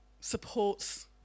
supports